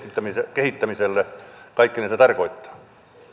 kehittämiselle kaikkinensa tarkoittaa